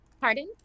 pardon